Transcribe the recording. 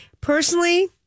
personally